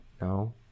no